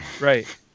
Right